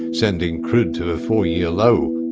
sending crude to a four-year low.